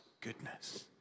goodness